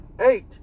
eight